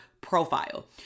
profile